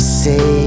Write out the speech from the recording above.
say